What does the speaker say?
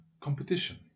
competition